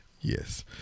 Yes